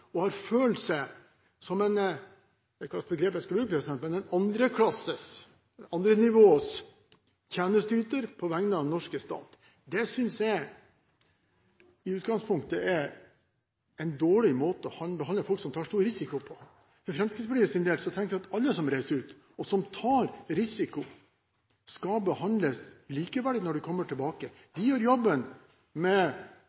Det har vært situasjoner, der folk har vært andre steder og følt seg som en andreklasses tjenesteyter, på vegne av den norske stat. Det synes jeg i utgangspunktet er en dårlig måte å behandle folk som tar stor risiko, på. For Fremskrittspartiets del tenker vi at alle som reiser ut og tar risiko, skal behandles likeverdig når de kommer tilbake. De som gjør jobben, med